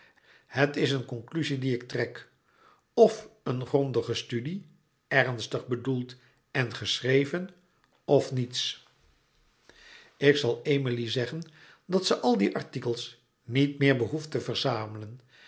het is een concluzie die ik trek of een grondige studie ernstig bedoeld en geschreven of niets louis couperus metamorfoze ik zal emilie zeggen dat ze al die artikels niet meer behoeft te verzamelen